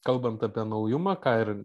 kalbant apie naujumą ką ir